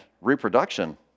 reproduction